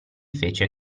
fece